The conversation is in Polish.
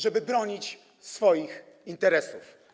Żeby bronić swoich interesów.